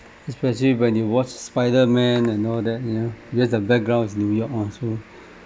especially when you watch spider man and all that you know because the background is new york also